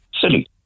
silly